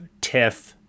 TIFF